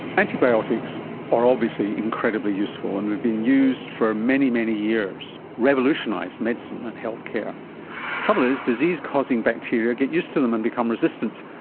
antibiotics are obviously incredibly useful and they have been used for many, many years, revolutionised medicine and healthcare. the trouble is, disease-causing bacteria get used to them and become resistant,